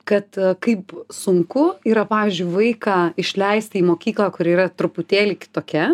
kad kaip sunku yra pavyzdžiui vaiką išleisti į mokyklą kuri yra truputėlį kitokia